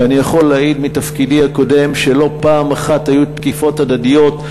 ואני יכול להעיד מתפקידי הקודם שלא פעם אחת היו תקיפות הדדיות,